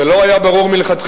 זה לא היה ברור מלכתחילה.